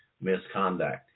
misconduct